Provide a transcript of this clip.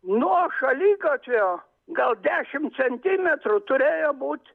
nuo šaligatvio gal dešimt centimetrų turėjo būt